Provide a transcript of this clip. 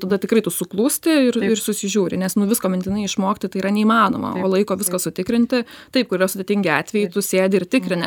tada tikrai tu suklūsti ir susižiūri nes nu visko mintinai išmokti tai yra neįmanoma o laiko viską sutikrinti taip kur yra sudėtingi atvejai tu sėdi ir tikrini